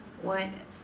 what